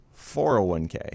401k